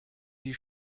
die